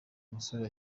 musore